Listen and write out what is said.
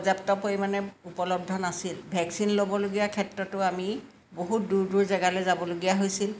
পৰ্যাপ্ত পৰিমাণে উপলব্ধ নাছিল ভেকচিন ল'বলগীয়া ক্ষেত্ৰতো আমি বহুত দূৰ দূৰ জেগালৈ যাবলগীয়া হৈছিল